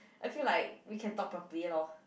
I feel like we can talk properly lor